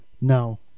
no